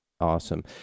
awesome